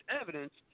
evidence